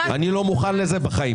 אני לא מוכן לזה בחיים.